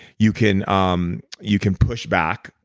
you can um you can push back.